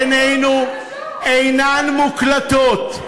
השיחות האישיות בינינו אינן מוקלטות.